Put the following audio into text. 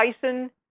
Tyson